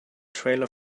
trailer